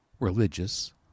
religious